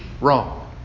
Wrong